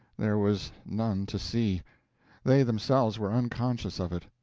there was none to see they themselves were unconscious of it.